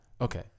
Okay